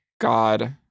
God